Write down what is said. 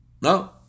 No